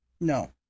No